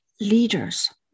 leaders